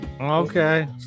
Okay